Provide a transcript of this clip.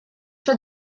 for